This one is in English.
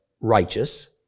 righteous